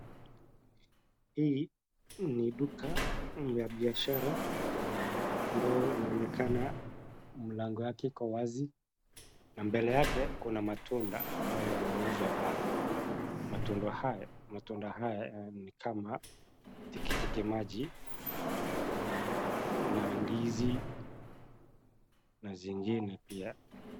Hii ni duka ya biashara ambayo inaonekana mlango yake iko wazi. Na mbele yake kuna matunda ambayo yanauzwa pale. Matunda haya, matunda haya ni kama tikitimaji na ndizi na zingine pia.